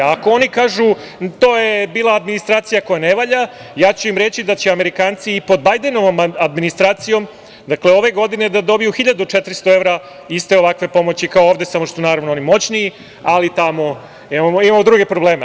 Ako oni kažu – to je bila administracija koja ne valja, ja ću im reći da će Amerikanci i pod Bajdenovom administracijom ove godine da dobiju hiljadu 400 evra iste ovakve pomoći kao ovde, samo što su oni naravno moćniji, ali tamo imamo druge problem.